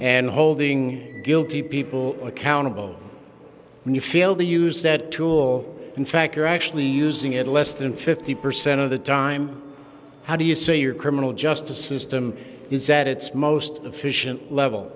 and holding guilty people accountable when you failed to use that tool in fact you're actually using it less than fifty percent of the time how do you say your criminal justice system is at its most efficient level